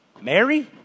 Mary